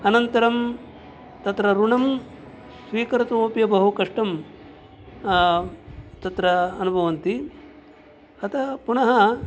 अनन्तरं तत्र ऋणं स्वीकर्तुमपि बहु कष्टं तत्र अनुभवन्ति अतः पुनः